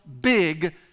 big